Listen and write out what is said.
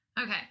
Okay